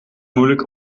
moeilijk